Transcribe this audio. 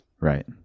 Right